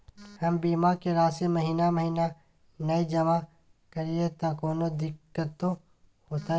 हम बीमा के राशि महीना महीना नय जमा करिए त कोनो दिक्कतों होतय?